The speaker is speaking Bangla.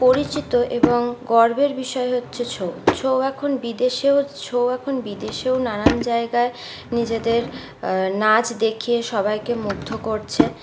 পরিচিত এবং গর্বের বিষয় হচ্ছে ছৌ ছৌ এখন বিদেশেও ছৌ এখন বিদেশেও নানান জায়গায় নিজেদের নাচ দেখিয়ে সবাইকে মুগ্ধ করছে